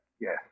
Yes